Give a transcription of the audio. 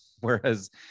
Whereas